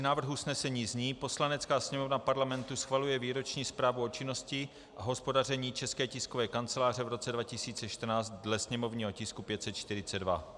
Návrh usnesení zní: Poslanecká sněmovna Parlamentu schvaluje Výroční zprávu o činnosti a hospodaření České tiskové kanceláře v roce 2014 dle sněmovního tisku 542.